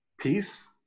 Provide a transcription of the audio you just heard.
peace